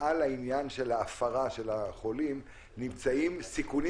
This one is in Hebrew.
מעל העניין של ההפרה של החולים נמצאים סיכונים